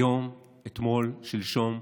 היום, אתמול, שלשום,